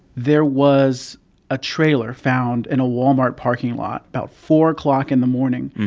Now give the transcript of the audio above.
there was a trailer found in a walmart parking lot about four o'clock in the morning.